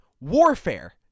warfare